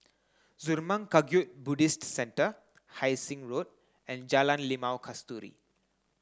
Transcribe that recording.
Zurmang Kagyud Buddhist Centre Hai Sing Road and Jalan Limau Kasturi